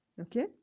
Okay